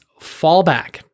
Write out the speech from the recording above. fallback